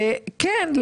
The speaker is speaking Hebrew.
וכן,